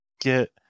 get